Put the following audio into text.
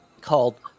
Called